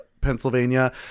Pennsylvania